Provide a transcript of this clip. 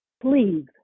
please